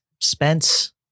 Spence